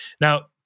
Now